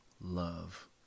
Love